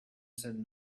said